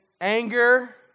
anger